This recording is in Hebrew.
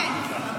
כן,